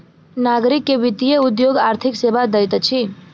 नागरिक के वित्तीय उद्योग आर्थिक सेवा दैत अछि